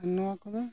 ᱟᱨ ᱱᱚᱣᱟ ᱠᱚᱫᱚ